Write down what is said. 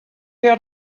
out